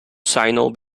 signal